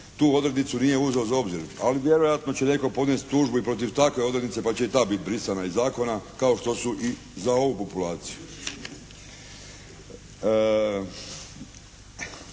Tu odrednicu nije uzeo u obzir ali vjerojatno će netko podnijeti tužbu i protiv takve odrednice pa će i ta biti brisana iz zakona kao što su i za ovu populaciju.